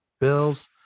Bills